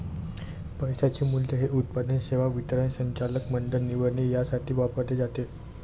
पैशाचे मूल्य हे उत्पादन, सेवा वितरण, संचालक मंडळ निवडणे यासाठी वापरले जाते